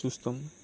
చూస్తాము